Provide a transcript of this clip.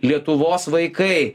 lietuvos vaikai